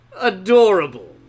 Adorable